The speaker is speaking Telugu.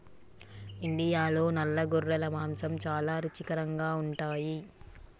ఇండియాలో నల్ల గొర్రెల మాంసం చాలా రుచికరంగా ఉంటాయి